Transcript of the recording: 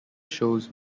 shows